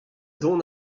dont